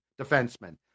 defenseman